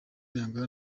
yanga